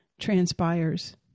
transpires